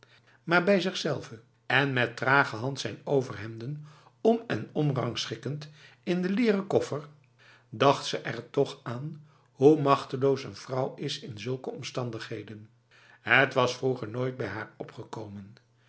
maar bij zichzelve en met trage hand zijn overhemden om en om rangschikkend in de leren koffer dacht ze er toch aan hoe machteloos een vrouw is in zulke omstandigheden het was vroeger nooit bij haar opgekomen